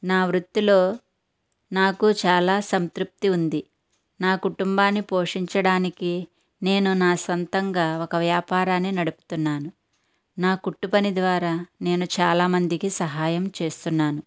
నా వృత్తిలో నాకు చాలా సంతృప్తిగా ఉంది నా కుటుంబాన్ని పోషించడానికి నేను నా సొంతంగా ఒక వ్యాపారాన్ని నడుపుతున్నాను నా కుట్టుపని ద్వారా నేను చాలామందికి సహాయం చేస్తున్నాను